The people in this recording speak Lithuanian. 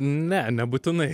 ne nebūtinai